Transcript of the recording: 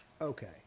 Okay